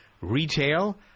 retail